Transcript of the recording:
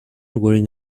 wearing